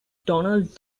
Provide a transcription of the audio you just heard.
donald